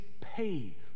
pay